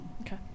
Okay